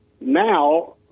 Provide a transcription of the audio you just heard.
Now